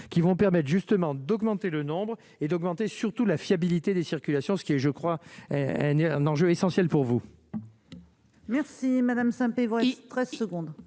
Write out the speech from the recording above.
qui vont permettent justement d'augmenter le nombre et d'augmenter surtout la fiabilité des circulations, ce qui est je crois un enjeu essentiel pour vous. Merci madame Saint-Pé Evry presse secondes.